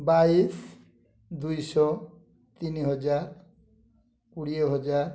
ବାଇଶ ଦୁଇଶହ ତିନି ହଜାର କୋଡ଼ିଏ ହଜାର